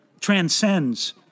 transcends